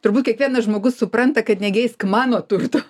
turbūt kiekvienas žmogus supranta kad negeisk mano turtų